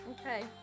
Okay